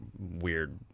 weird